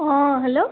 অঁ হেল্ল'